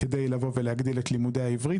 כדי לבוא ולהגדיל את לימודי העברית.